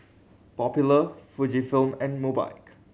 Popular Fujifilm and Mobike